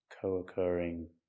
co-occurring